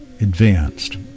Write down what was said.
advanced